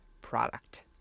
product